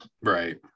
Right